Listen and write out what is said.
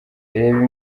reba